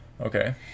okay